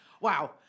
Wow